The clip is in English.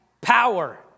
power